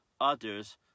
others